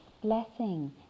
blessing